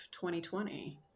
2020